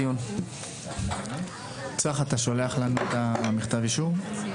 הישיבה ננעלה בשעה 10:55.